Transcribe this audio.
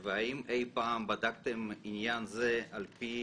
האם אי פעם בדקתם עניין זה על פי